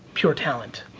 pure talent.